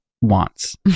wants